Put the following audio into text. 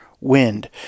wind